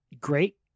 great